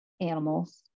animals